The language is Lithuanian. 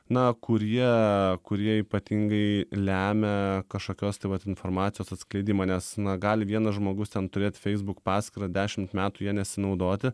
na kur jie kurie ypatingai lemia kažkokios tai vat informacijos atskleidimą nes na gali vienas žmogus ten turėti facebook paskyrą dešimt metų ja nesinaudoti